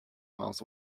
miles